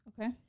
Okay